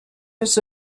was